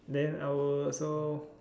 then I will also